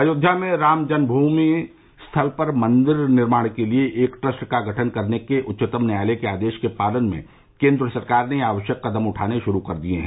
अयोध्या में राम जन्म भूमि स्थल पर मंदिर निर्माण के लिये एक ट्रस्ट का गठन करने के उच्चतम न्यायालय के आदेश के पालन में केन्द्र सरकार ने आवश्यक कदम उठाने शुरू कर दिये हैं